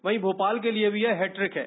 वहीं भोपाल के लिए भी यह हैट्रिक है